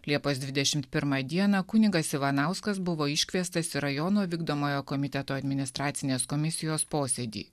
liepos dvidešimt pirmą dieną kunigas ivanauskas buvo iškviestas į rajono vykdomojo komiteto administracinės komisijos posėdį